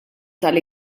tal